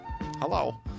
Hello